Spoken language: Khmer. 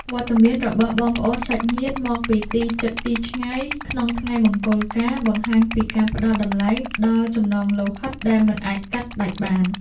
វត្តមានរបស់បងប្អូនសាច់ញាតិមកពីទីជិតទីឆ្ងាយក្នុងថ្ងៃមង្គលការ បង្ហាញពីការផ្តល់តម្លៃដល់ចំណងលោហិតដែលមិនអាចកាត់ផ្តាច់បាន។